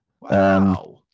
Wow